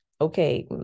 okay